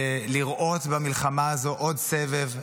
זה לראות במלחמה הזאת עוד סבב.